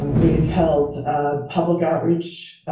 we've held public outreach,